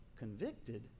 Convicted